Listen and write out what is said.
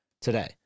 today